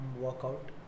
workout